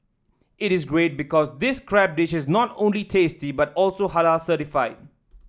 it is great because this crab dish is not only tasty but also Halal certified